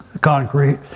concrete